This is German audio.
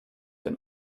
denn